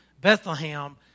Bethlehem